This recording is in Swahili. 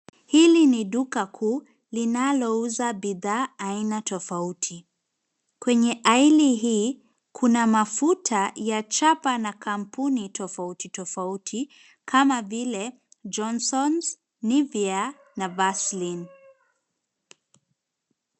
Hili ni duka kuu linalouza bidhaa aina tofauti. Kwenye aili hii kuna mafuta ya chapa na kampuni tofauti tofauti kama vile Johnsons, Nivea, na Vaseline.